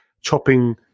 chopping